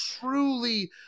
truly